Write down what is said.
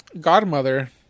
godmother